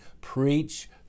preach